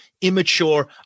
Immature